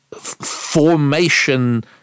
formation